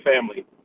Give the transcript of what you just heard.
family